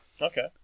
Okay